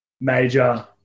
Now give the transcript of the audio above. major